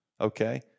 Okay